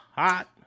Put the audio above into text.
Hot